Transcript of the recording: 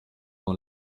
dans